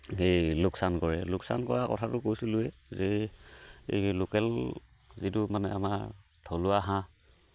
এই লোকচান কৰে লোকচান কৰা কথাটো কৈছিলোঁ যে এই লোকেল যিটো মানে আমাৰ থলুৱা হাঁহ